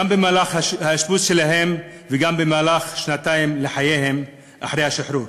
גם במהלך האשפוז שלהם וגם במהלך השנתיים הראשונות לחייהם אחרי השחרור.